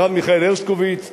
הרב מיכאל הרשקוביץ,